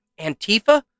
Antifa